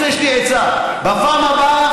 יש לי עצה: בפעם הבאה,